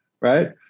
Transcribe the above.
right